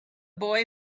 boy